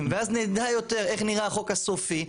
ואז נדע יותר איך נראה החוק הסופי,